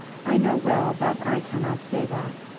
i know well that i cannot say that.